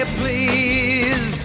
please